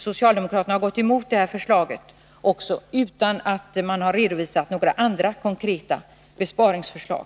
Socialdemokraterna har gått emot förslaget utan att redovisa några andra konkreta besparingsförslag.